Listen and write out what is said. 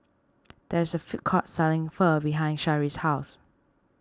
there is a food court selling Pho behind Shari's house